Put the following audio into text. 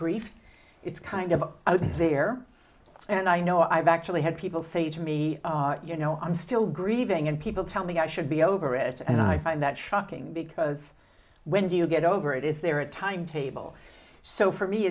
grief it's kind of i was there and i know i've actually had people say to me you know i'm still grieving and people tell me i should be over it and i find that shocking because when do you get over it is there a timetable so for me